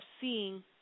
seeing